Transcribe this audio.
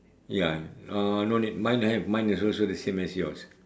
ya uh no need mine have mine is also the same as yours